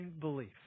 belief